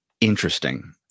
interesting